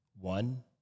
one